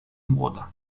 młoda